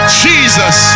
jesus